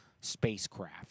spacecraft